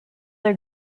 are